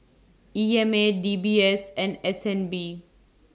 E M A D B S and S N B